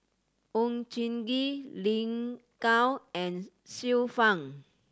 Oon Jin Gee Lin Gao and Xiu Fang